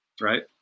Right